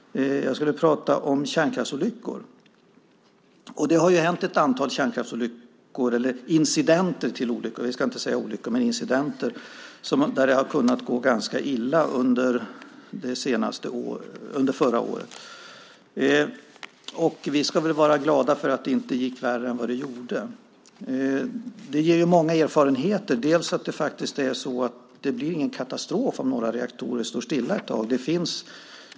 Jag skulle prata om kärnkraftsolyckor. Under förra året inträffade ett antal incidenter, där det hade kunnat gå ganska illa. Vi ska väl vara glada för att det inte gick värre än vad det gjorde. Det ger många erfarenheter. Det blir ingen katastrof om några reaktorer står stilla ett tag.